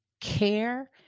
care